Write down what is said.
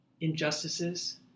injustices